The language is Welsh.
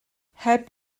heb